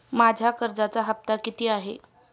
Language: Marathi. माझा कर्जाचा हफ्ता किती आहे?